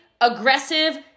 aggressive